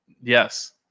Yes